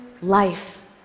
life